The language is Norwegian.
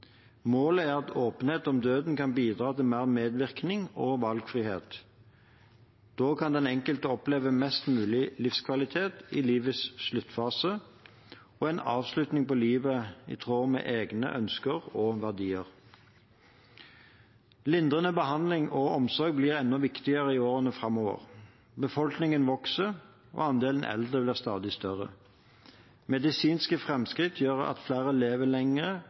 Målet er at åpenhet om døden kan bidra til mer medvirkning og valgfrihet. Da kan den enkelte oppleve mest mulig livskvalitet i livets sluttfase og en avslutning på livet i tråd med egne ønsker og verdier. Lindrende behandling og omsorg blir enda viktigere i årene framover. Befolkningen vokser, og andelen eldre blir stadig større. Medisinske framskritt gjør at flere lever